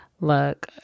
Look